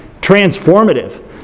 Transformative